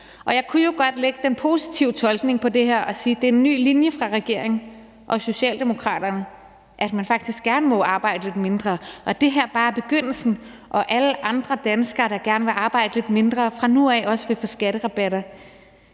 Jeg kunne jo godt lægge den positive tolkning på det her og sige, at det er en ny linje fra regeringens side og Socialdemokraterne, at man faktisk gerne må arbejde lidt mindre, og at det her bare er begyndelsen, og at alle andre danskere, der gerne vil arbejde lidt mindre, fra nu af og også vil få skatterabatter.